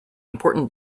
important